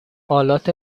آلات